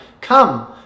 come